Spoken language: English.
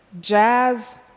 Jazz